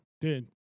dude